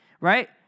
right